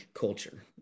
culture